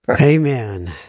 Amen